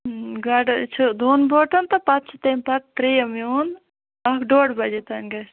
گۄڈٕ چھِ دۄن بوٹَن تہٕ پَتہٕ چھ تمہ پَتہٕ تریٚیِم میون اکھ ڈوٚڈ بجے تام گَژھِ